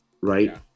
right